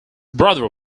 brother